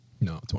No